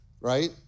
Right